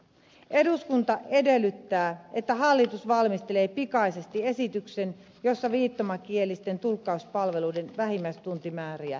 eduskunta edellyttää että hallitus valmistelee pikaisesti esityksen jossa viittomakielisten tulkkauspalveluiden vähimmäistuntimääriä korotetaan